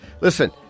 Listen